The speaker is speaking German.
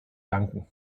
danken